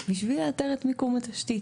בשביל לאתר את מיקום התשתית.